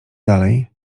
dalej